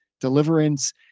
deliverance